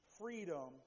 freedom